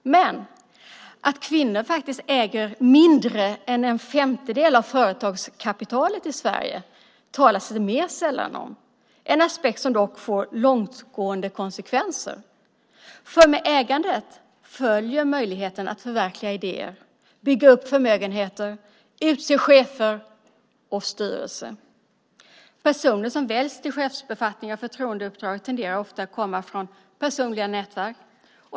Men att kvinnor faktiskt äger mindre än en femtedel av företagskapitalet i Sverige talas det mer sällan om, en aspekt som dock får långtgående konsekvenser, för med ägandet följer möjligheten att förverkliga idéer, bygga upp förmögenheter, utse chefer och styrelser. Personer som väljs till chefsbefattningar och förtroendeuppdrag tenderar ofta att komma från personliga nätverk.